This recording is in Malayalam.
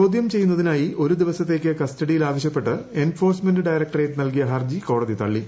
ചോദ്യം ചെയ്യുന്നതിനായി ഒരു പ്രദീവ്സത്തേക്ക് കസ്റ്റഡിയിൽ ആവശ്യപ്പെട്ട് എൻഫോഴ്സ്മെന്റ് ഡയ്റ്റ്ക്ടറേറ്റ് നൽകിയ ഹർജി കോടതി തള്ളി